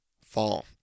fall